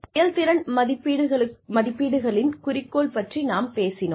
செயல்திறன் மதிப்பீடுகளின் குறிக்கோள் பற்றிக் கூட பேசினோம்